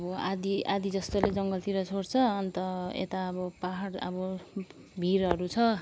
अब आधा आधा जस्तोले जङ्गलतिर छोड्छ अन्त यता अब पहाड अब भिरहरू छ